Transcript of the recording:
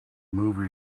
movie